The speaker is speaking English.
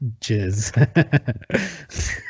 jizz